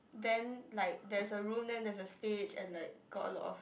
then like there's a room then there's a stage and like got a lot of